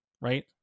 right